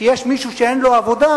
זה נכון לערבים,